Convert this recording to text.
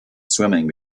swimming